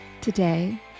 Today